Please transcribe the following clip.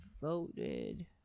voted